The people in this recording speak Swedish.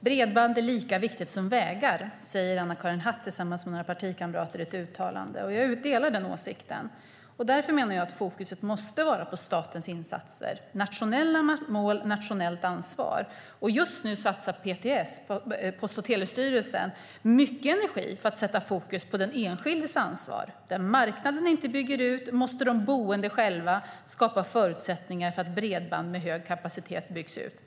Bredband är lika viktigt som vägar, säger Anna-Karin Hatt tillsammans med några partikamrater i ett uttalande. Jag delar den åsikten. Därför menar jag att fokus måste vara på statens insatser och att nationella mål innebär nationellt ansvar. Just nu satsar Post och telestyrelsen mycket energi på att sätta fokus på den enskildes ansvar. Där marknaden inte bygger ut måste de boende själva skapa förutsättningar för att bredband med hög kapacitet byggs ut.